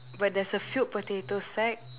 but there's a filled potato sack